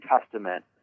Testament